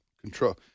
control